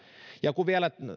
ja